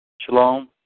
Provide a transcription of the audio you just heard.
Shalom